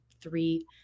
three